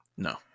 No